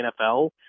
NFL